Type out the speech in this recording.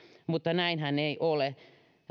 mutta näinhän ei ole